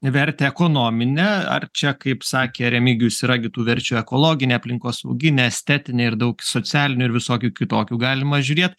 vertę ekonominę ar čia kaip sakė remigijus yra kitų verčia ekologinę aplinkosauginę estetinę ir daug socialinių ir visokių kitokių galima žiūrėt